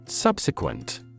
Subsequent